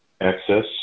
access